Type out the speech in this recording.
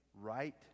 right